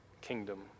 kingdom